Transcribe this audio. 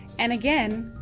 and again,